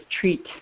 treat